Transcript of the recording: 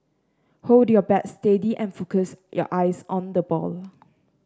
hold your bat steady and focus your eyes on the ball